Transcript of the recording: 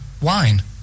wine